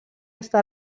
està